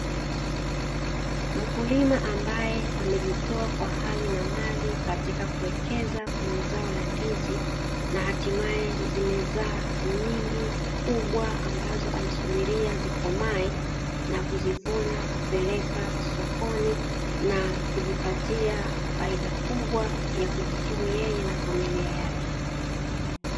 Mkulima ambaye amejitoa kwa hali na mali katika kuwekeza kwenye zao la ndizi, na hatimaye zimezaa nyingi kubwa ambazo anasubiria zikomae na kuzivuna kupeleka sokoni, na kujipatia faida kubwa ya kujikimu yeye na familia yake.